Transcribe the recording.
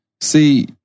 See